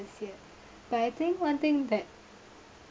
yet but I think one thing that